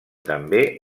també